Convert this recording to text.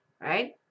right